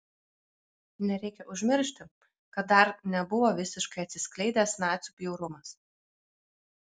nereikia užmiršti kad dar nebuvo visiškai atsiskleidęs nacių bjaurumas